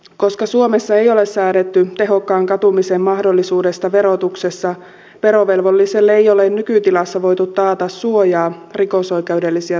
koska suomessa ei ole säädetty tehokkaan katumisen mahdollisuudesta verotuksessa verovelvolliselle ei ole nykytilassa voitu taata suojaa rikosoikeudellisia seuraamuksia vastaan